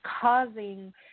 causing